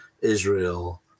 Israel